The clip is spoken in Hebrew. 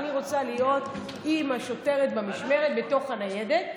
אני רוצה להיות עם השוטרת במשמרת בתוך הניידת.